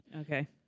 Okay